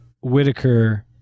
Whitaker